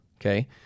Okay